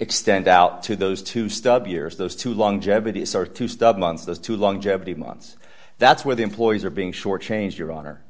extend out to those two stub years those two long jebediah start to stub months those two longevity months that's where the employees are being shortchanged your honor